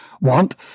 want